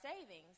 savings